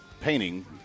painting